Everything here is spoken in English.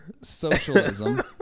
Socialism